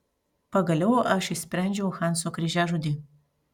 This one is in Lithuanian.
pagaliau aš išsprendžiau hanso kryžiažodį